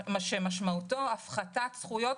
שמשמעותו הפחתת זכויות,